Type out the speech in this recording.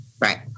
Right